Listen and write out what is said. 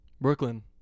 Brooklyn